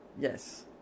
yes